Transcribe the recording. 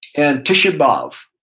and tish ah b'av.